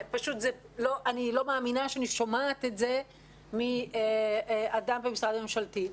פשוט אני לא מאמינה שאני שומעת את זה מאדם במשרד ממשלתי,